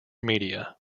media